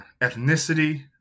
ethnicity